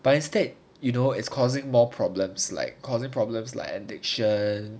but instead you know it's causing more problems like causing problems like addiction